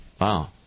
Wow